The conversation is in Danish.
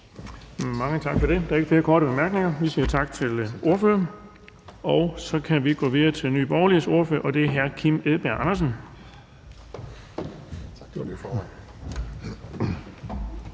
Mange tak for det. Der er ikke flere korte bemærkninger. Vi siger tak til ordføreren. Så kan vi gå videre til Nye Borgerliges ordfører, og det er hr. Kim Edberg Andersen. Kl. 16:00 (Ordfører)